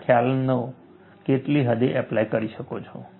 ના ખ્યાલોને કેટલી હદે એપ્લાય કરી શકો છો